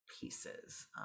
Pieces